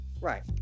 Right